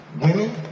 Women